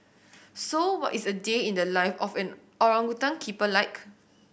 so what is a day in the life of an orangutan keeper like